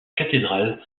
cathédrale